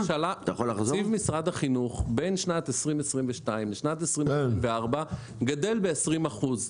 תקציב משרד החינוך בין שנת 2022 לשנת 2024 גדל ב-20%.